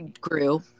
grew